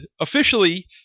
officially